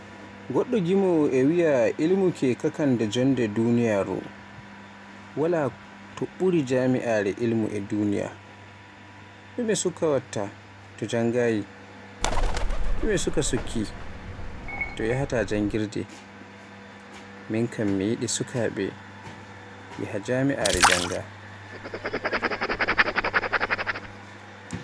Goɗɗo gimowo e wiye ilmu ke kakanda jonnde duniyaaru, Wala to ɓuri jami'are ilmu e diniya. ɗime suka watta to janngayi? ɗume suka sukki to yahaata janngirde? min kam mi yiɗi sukaaɓe yaaha jami'are jannga.